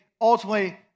ultimately